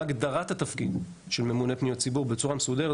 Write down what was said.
הגדרת התפקיד של ממונה פניות ציבור בצורה מסודרת.